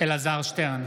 אלעזר שטרן,